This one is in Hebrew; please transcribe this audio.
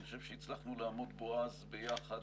אני חושב שהצלחנו לעמוד בו אז ביחד,